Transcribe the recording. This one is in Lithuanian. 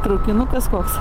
traukinukas koks